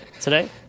today